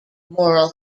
moral